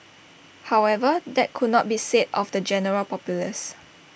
however that could not be said of the general populace